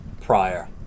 prior